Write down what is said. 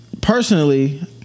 personally